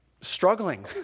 struggling